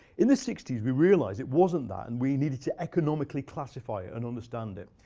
in the sixty s we realized it wasn't that, and we needed to economically classify it and understand it.